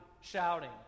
shouting